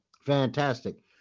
fantastic